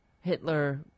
Hitler